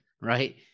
right